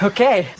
Okay